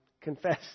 confess